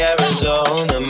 Arizona